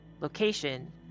location